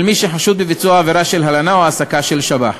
של מי שחשוד בביצוע עבירה של הלנה או העסקה של שב"ח,